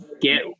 get